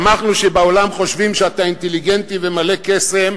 שמחנו שבעולם חושבים שאתה אינטליגנטי ומלא קסם,